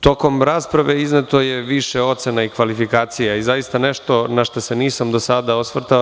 Tokom rasprave izneto je više ocena i kvalifikacija i zaista nešto na šta se nisamdo sada osvrtao.